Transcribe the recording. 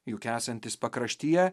juk esantys pakraštyje